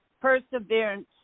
perseverance